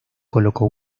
colocó